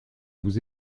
vous